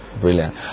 Brilliant